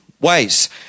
ways